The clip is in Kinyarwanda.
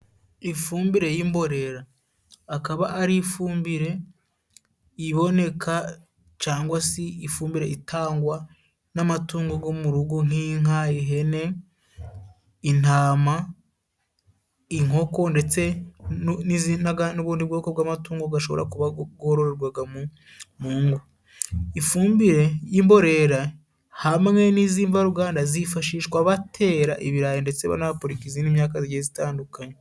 Ifumbire y'imborera akaba ari ifumbire iboneka cangwa si ifumbire itangwa n'amatungo go mu rugo nk'inka, ihene, intama, inkoko ndetse n'ubundi bwoko bw'amatungo gashobora kuba gororwaga mu ngo. Ifumbire y'imborera hamwe n'izimvaruganda zifashishwa batera ibirayi ndetse banapurika izindi myaka zitandukanye.